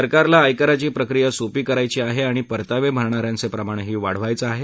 सरकारला आयकराची प्रक्रिया सोपी करायची आहे आणि परतावे भरणाऱ्यांचे प्रमाणही वाढवायचे आहे